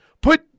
Put